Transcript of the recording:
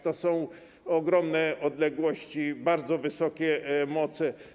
To są ogromne odległości, bardzo wysokie moce.